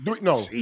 No